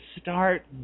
start